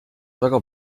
väga